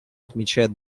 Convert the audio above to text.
отмечает